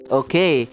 okay